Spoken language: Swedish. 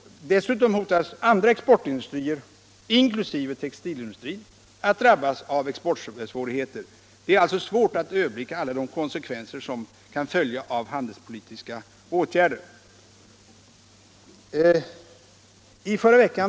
Dessutom hotas andra exportindustrier, inkl. textilindustrin, av exportsvårigheter. Det är alltså svårt att överblicka alla de konsekvenser som kan följa av handelspolitiska åtgärder.